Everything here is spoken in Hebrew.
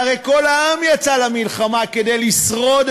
הרי כל העם יצא למלחמה כדי לשרוד,